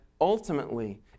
ultimately